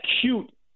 cute